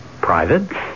Private